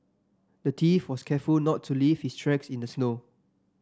the thief was careful not to leave his tracks in the snow